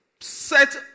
set